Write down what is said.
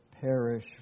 perish